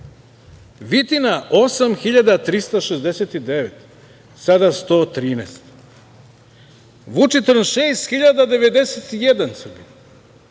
Vitina 8.369, sada 113, Vučitrn 6.091 Srbin,